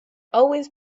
always